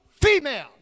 Female